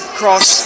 cross